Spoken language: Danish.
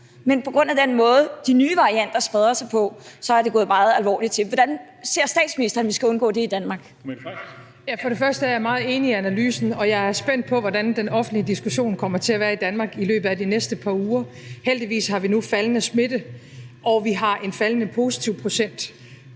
Men på grund af den måde, de nye varianter spreder sig på, så er det gået meget alvorligt til. Hvordan ser statsministeren at vi skal undgå det i Danmark? Kl. 13:12 Formanden (Henrik Dam Kristensen): Fru Mette Frederiksen. Kl. 13:12 Mette Frederiksen (S): For det første er jeg meget enig i analysen, og jeg er spændt på, hvordan den offentlige diskussion kommer til at være i Danmark i løbet af de næste par uger. Heldigvis har vi nu en faldende smitte, og vi har en faldende positivprocent,